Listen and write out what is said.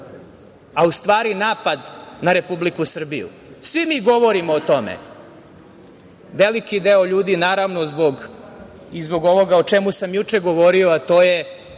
a u stvari napad na Republiku Srbiju? Svi mi govorimo o tome. Veliki deo ljudi naravno i zbog ovoga o čemu sam juče govorio, a to je